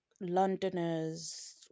londoners